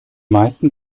meisten